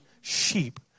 sheep